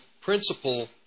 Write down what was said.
principle